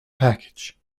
package